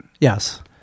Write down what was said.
Yes